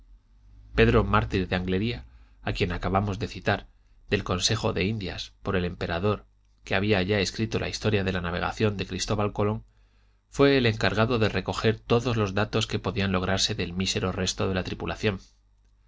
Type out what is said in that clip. pedro mártir de anglería a quien acabamos de citar del consejo de indias por el emperador que había ya escrito la historia de la navegación de cristóbal colón fue el encargado de recoger todos los datos que podían lograrse del mísero resto de la tripulación